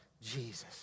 Jesus